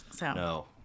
No